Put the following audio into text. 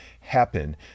happen